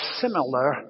similar